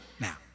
Now